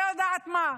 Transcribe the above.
לא יודעת מה,